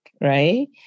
Right